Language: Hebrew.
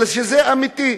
אלא שזה אמיתי.